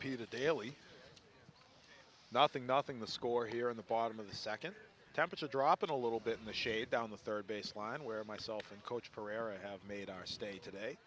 peter daly nothing nothing the score here in the bottom of the second temperature drop in a little bit in the shade down the third baseline where myself and coach pereira have made our state today